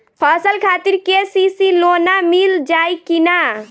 फसल खातिर के.सी.सी लोना मील जाई किना?